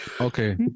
okay